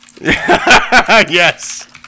Yes